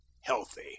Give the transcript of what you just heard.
healthy